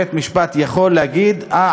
בית-משפט יכול להגיד: אה,